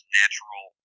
natural